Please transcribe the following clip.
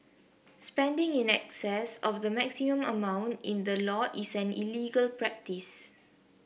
spending in excess of the maximum amount in the law is an illegal practice